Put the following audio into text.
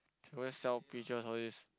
go there sell peaches all this